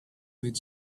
with